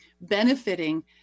benefiting